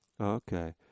Okay